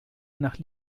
nach